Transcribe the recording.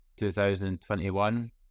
2021